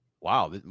wow